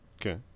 Okay